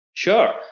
Sure